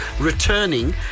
returning